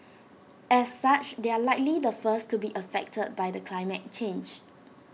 as such they are likely the first to be affected by the climate change